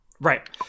Right